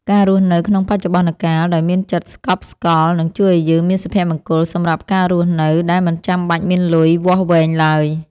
ការរស់នៅក្នុងបច្ចុប្បន្នកាលដោយមានចិត្តស្កប់ស្កល់នឹងជួយឱ្យយើងមានសុភមង្គលសម្រាប់ការរស់នៅដែលមិនចាំបាច់មានលុយវាស់វែងឡើយ។